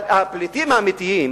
אבל הפליטים האמיתיים